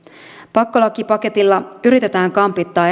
pakkolakipaketilla yritetään kampittaa